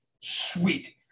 sweet